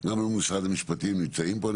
גם מול משרד המשפטים, הם נמצאים פה.